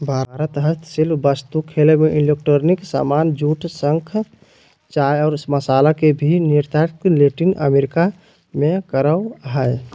भारत हस्तशिल्प वस्तु, खेल एवं इलेक्ट्रॉनिक सामान, जूट, शंख, चाय और मसाला के भी निर्यात लैटिन अमेरिका मे करअ हय